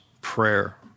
prayer